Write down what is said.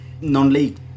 Non-league